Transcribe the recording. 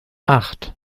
acht